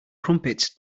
crumpets